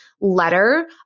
letter